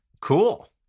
Cool